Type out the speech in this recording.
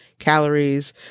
calories